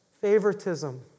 Favoritism